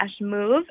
move